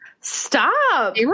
Stop